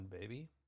baby